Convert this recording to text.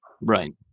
Right